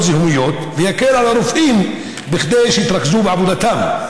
זיהומיות ויקל על הרופאים כדי שיתרכזו בעבודתם.